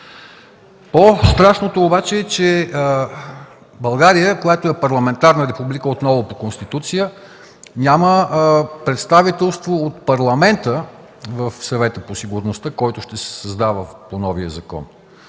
По-страшното обаче е, че България, която е парламентарна република, отново по Конституция, няма представителство на Парламента в Съвета по сигурност, който се създава по новия закон.